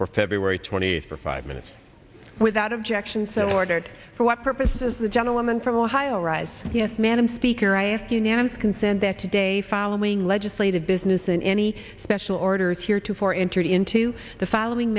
for february twenty eighth for five minutes without objection so ordered for what purposes the gentleman from ohio arise yes madam speaker i ask unanimous consent that today following legislative business and any special orders here to four entered into the following